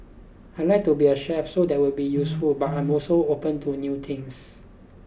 I'd like to be a chef so that will be useful but I'm also open to new things